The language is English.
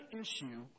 issue